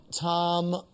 Tom